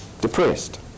depressed